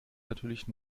natürlich